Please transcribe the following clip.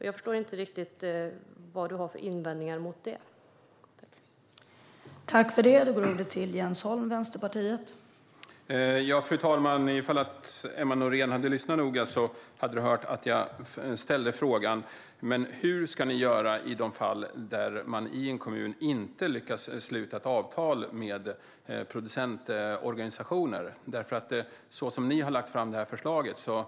Jag förstår inte riktigt vad du har för invändningar mot det, Jens Holm.